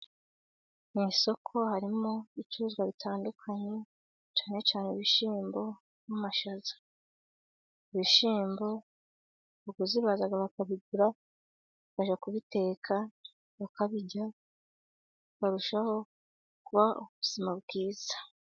Mu isoko harimo ibicuruzwa bitandukanye, cyane cyane ibishyimbo, n'amashaza. Ibishyimbo abaguzi baraza bakabigura, bakajya kubiteka, bakabirya, barushaho kubaho ubuzima bwiza.